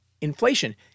inflation